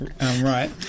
Right